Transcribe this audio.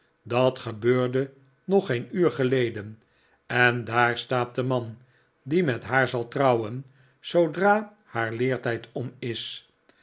dat gebeurde nog geen uur geleden en daar staat de man die met haar zal trouwen zoodra haar leertijd om is